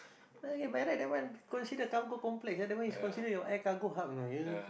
by right that one considered cargo complex ya that one is considered your air cargo hub you know you